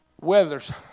weathers